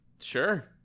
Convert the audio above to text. Sure